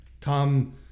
Tom